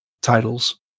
titles